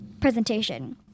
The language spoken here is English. presentation